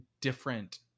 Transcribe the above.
different